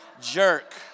jerk